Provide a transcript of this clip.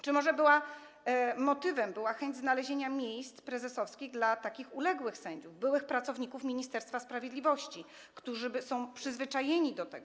Czy może motywem była chęć znalezienia miejsc prezesowskich dla takich uległych sędziów, byłych pracowników Ministerstwa Sprawiedliwości, którzy są przyzwyczajeni do tego.